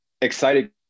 excited